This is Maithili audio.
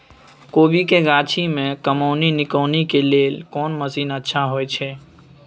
कोबी के गाछी में कमोनी निकौनी के लेल कोन मसीन अच्छा होय छै?